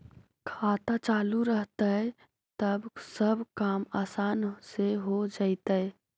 खाता चालु रहतैय तब सब काम आसान से हो जैतैय?